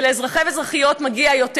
ולאזרחים ולאזרחיות מגיע יותר.